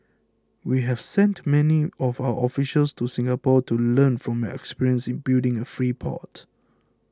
we have sent many of our officials to Singapore to learn from your experience in building a free port